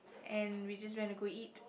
and we just went to go eat